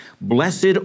blessed